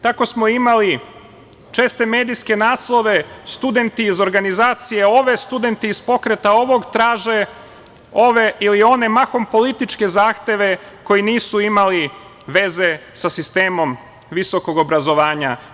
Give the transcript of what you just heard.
Tako smo imali česte medijske naslove - studenti iz organizacije ove, studenti iz pokreta ovog, traže ove ili one mahom političke zahteve koji nisu imali veze sa sistemom visokog obrazovanja.